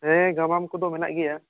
ᱦᱮᱸ ᱜᱟᱢᱟᱢ ᱠᱚᱫᱚ ᱢᱮᱱᱟᱜ ᱜᱮᱭᱟ